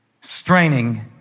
straining